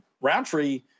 Roundtree